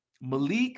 Malik